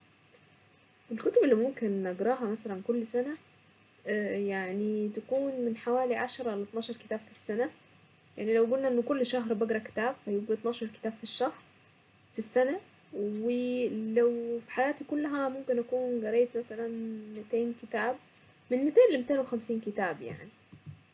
الكتب اللي ممكن اقراها مثلا كل سنة يعني تكون من حوالي عشرة ل أثني عشر كتاب في السنة يعني لو قولنا ان كل شهر بقرا كتاب يبقى اثني عشر كتاب في السنة ولو في حياتي كلها ممكن اكون قريت مثلا مائتين كتاب. من مائتين لمائتين وخمسين كتاب يعني.